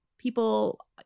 people